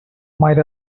might